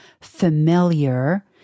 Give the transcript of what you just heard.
familiar